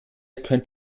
könnt